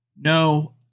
no